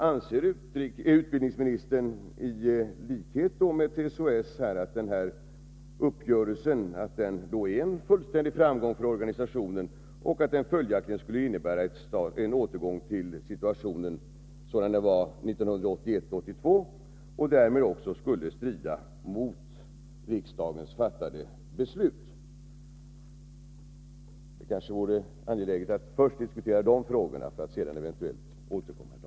Anser utbildningsministern, i likhet Nr 104 med TCO-S, att den här uppgörelsen är en fullständig framgång för Tisdagen den organisationen och att den följaktligen skulle innebära en återgång till 22 mars 1983 situationen sådan den var 1981/82 och att den därmed skulle strida mot riksdagens fattade beslut? Det vore kanske angeläget att först diskutera de frågorna för att sedan eventuellt återkomma.